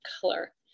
color